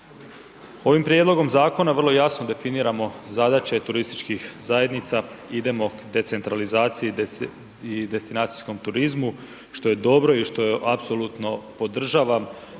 Ovim prijedlogom zakona vrlo jasno definiramo zadaće turističkih zajednica, idemo k decentralizaciji i destinacijskom turizmu što je dobro i što apsolutno podržavam